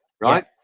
right